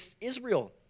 Israel